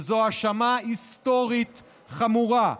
וזו האשמה היסטורית חמורה,